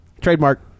trademark